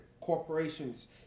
corporations